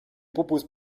propose